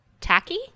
tacky